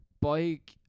bike